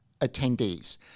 attendees